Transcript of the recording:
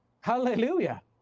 Hallelujah